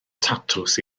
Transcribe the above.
tatws